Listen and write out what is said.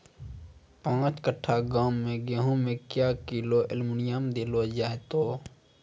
पाँच कट्ठा गांव मे गेहूँ मे क्या किलो एल्मुनियम देले जाय तो?